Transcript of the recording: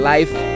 Life